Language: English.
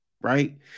right